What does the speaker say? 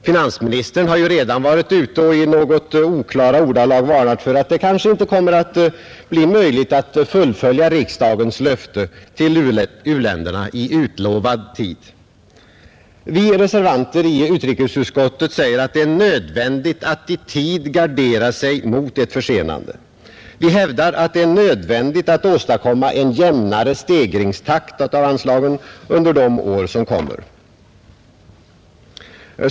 Finansministern har redan varit ute och i något oklara ordalag varnat för att det kanske inte kommer att bli möjligt att fullfölja riksdagens löfte till u-länderna i utlovad tid. Vi reservanter i utrikesutskottet säger att det är nödvändigt att i tid gardera sig mot ett försenande. Vi hävdar att det är nödvändigt att åstadkomma en jämnare stegringstakt av anslagen under de år som kommer.